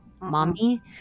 mommy